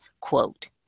quote